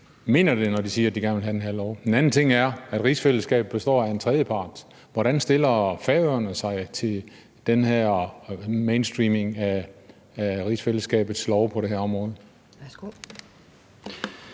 mener det, når de siger, at de gerne vil have den her lov. Den anden ting er, at rigsfællesskabet består af en tredjepart. Hvordan stiller Færøerne sig til den mainstreaming af rigsfællesskabets lov på det her område?